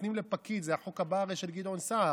נותנים לפקיד, זה החוק הבא, הרי, של גדעון סער,